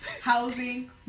housing